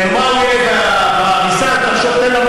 אה, שעה אחרי.